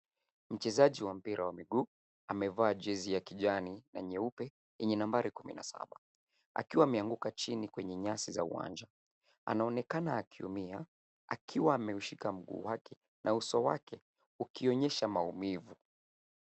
Mchezaji wa mpira wa miguu amevaa jezi ya kijani na nyeupe yenye nambari kumi na saba, akiwa ameanguka chini kwenye nyasi za uwanja. Anaonekana ameumia akiwa ameushika mguu wake na uso wake ukionyesha maumivu.